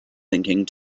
thinking